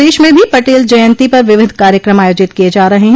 प्रदेश में भी पटेल जयन्ती पर विविध कार्यक्रम आयोजित किये जा रहे हैं